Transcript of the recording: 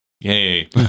Yay